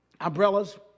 umbrellas